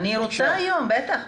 אני רוצה היום, בטח.